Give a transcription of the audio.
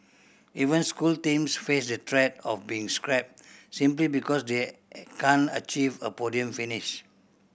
even school teams face the threat of being scrapped simply because they can't achieve a podium finish